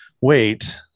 wait